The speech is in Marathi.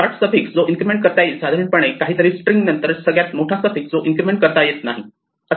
शॉर्ट सफिक्स जो इन्क्रिमेंट करता येईल साधारणपणे काहीतरी स्ट्रिंग नंतर सगळ्यात मोठा सफिक्स जो इन्क्रिमेंट करता येत नाही असा असतो